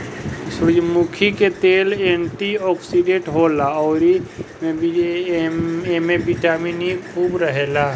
सूरजमुखी के तेल एंटी ओक्सिडेंट होला अउरी एमे बिटामिन इ खूब रहेला